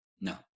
no